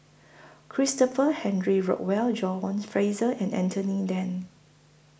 Christopher Henry Rothwell John Fraser and Anthony Then